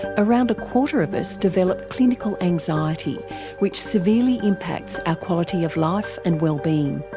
around a quarter of us develop clinical anxiety which severely impacts our quality of life and wellbeing.